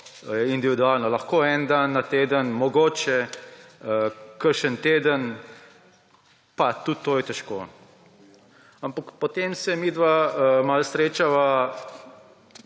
individualno, lahko en dan na teden, mogoče kakšen teden, pa tudi to je težko. Ampak potem se midva malo srečava